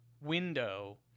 window